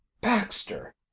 Baxter